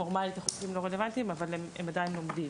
החוקים הם לא רלוונטיים אבל הם עדיין עובדים